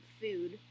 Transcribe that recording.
food